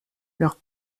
leurs